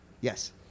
Yes